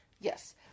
Yes